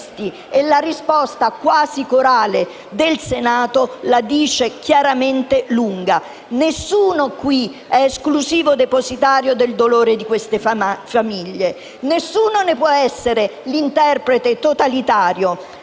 la risposta quasi corale del Senato la dice chiaramente lunga. Nessuno qui è esclusivo depositario del dolore di queste famiglie; nessuno ne può essere l'interprete totalitario.